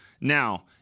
Now